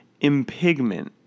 impigment